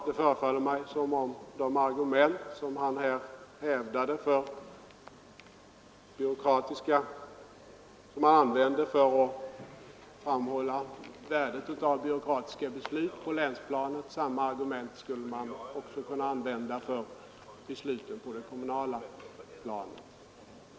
Det förefaller mig som om de argument som herr Svensson här använde för att framhålla värdet av byråkratiska beslut på länsplanet också skulle kunna användas för besluten på det primärkommunala planet.